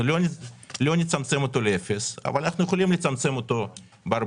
אנחנו לא נצמצם אותו לאפס אבל אנחנו יכולים לצמצם אותו ב-40%,